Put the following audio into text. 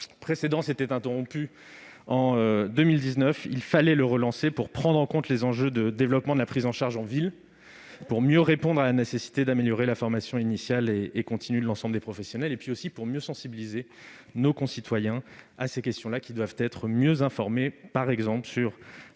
précédent plan s'était terminé en 2019 : il fallait le relancer afin de prendre en compte les enjeux du développement de la prise en charge en ville, de mieux répondre à la nécessité d'améliorer la formation initiale et continue de l'ensemble des professionnels et aussi de mieux sensibiliser nos concitoyens à ces questions. Nos concitoyens doivent, par exemple,